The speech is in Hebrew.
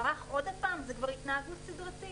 בפעם השנייה זו כבר הנהגות סדרתית.